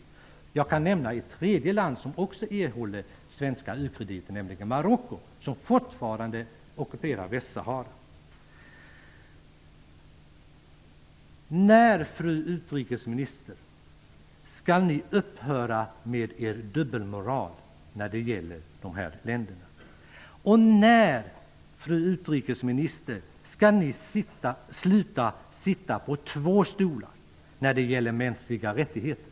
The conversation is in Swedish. Jag kan i det sammanhanget nämna ett tredje land som erhåller svenska u-krediter, nämligen Marocko, som fortfarande ockuperar Västsahara. När, fru utrikesminister, skall ni upphöra med er dubbelmoral när det gäller dessa länder? Och när, fru utrikesminister, skall ni sluta sitta på två stolar när det gäller mänskliga rättigheter?